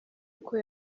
uko